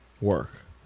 work